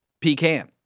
Pecan